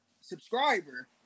subscriber